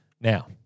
Now